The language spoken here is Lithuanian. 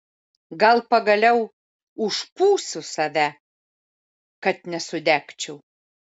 gal pagaliau užpūsiu save kad nesudegčiau